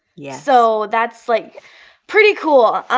yes. so, that's like pretty cool.